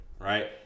right